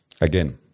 Again